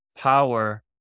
power